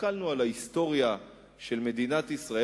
הסתכלנו על ההיסטוריה של מדינת ישראל